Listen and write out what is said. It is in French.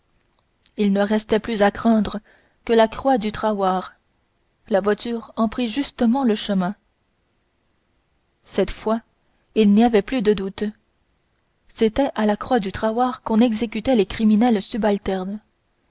il ne restait plus à craindre que la croix du trahoir la voiture en prit justement le chemin cette fois il n'y avait plus de doute c'était à la croix dutrahoir qu'on exécutait les criminels subalternes